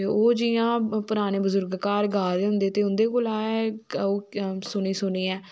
ते ओह् जियां पराने बजुर्ग घर गा दे होंदे ते उन्दे कोला गै ओहे सुनी सुनियै